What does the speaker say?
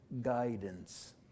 guidance